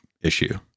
issue